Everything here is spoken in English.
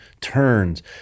turns